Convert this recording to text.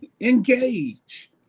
Engage